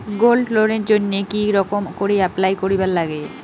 Gold লোনের জইন্যে কি রকম করি অ্যাপ্লাই করিবার লাগে?